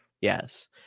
Yes